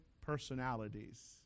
personalities